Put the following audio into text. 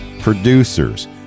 producers